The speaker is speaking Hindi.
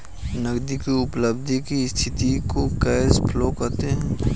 नगदी की उपलब्धि की स्थिति को कैश फ्लो कहते हैं